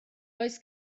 oes